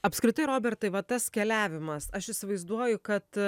apskritai robertai va tas keliavimas aš įsivaizduoju kad